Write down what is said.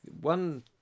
one